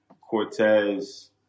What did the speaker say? Cortez